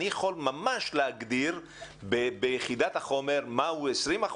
ואני יכול ממש להגדיר ביחידת החומר מהם 20%,